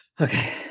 Okay